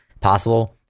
possible